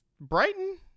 brighton